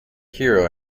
hero